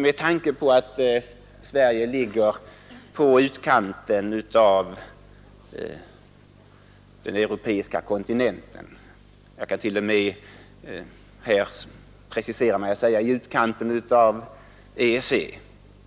Med tanke på att Sverige ligger i utkanten av den europeiska kontinenten — jag kan t.o.m. precisera mig och säga i utkanten av EEC